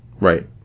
right